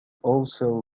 also